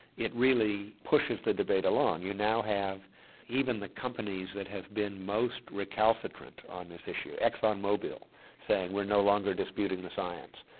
it really pushes the debate along. you now have even the companies that have been most recalcitrant on this issue. exxon mobil saying we're no longer disputing the science.